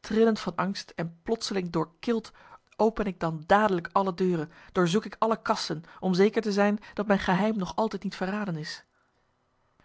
trillend van angst en plotseling doorkild open ik dan dadelijk alle deuren doorzoek ik alle kasten om zeker te zijn dat mijn geheim nog altijd niet verraden is